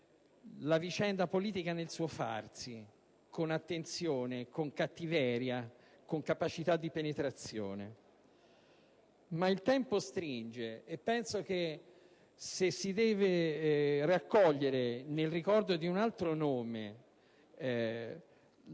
la vicenda politica nel suo farsi con interesse, con "cattiveria", con capacità di penetrazione. Ma poiché il tempo stringe, penso che, se si deve raccogliere nel ricordo di un altro nome la sua